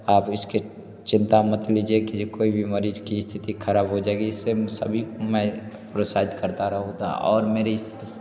आप इसके चिंता मत लीजिए कि कोई भी मरिज़ की स्थिति ख़राब हो जाएगी इससे सभी मैं प्रोत्साहित करता रहूँ और मेरी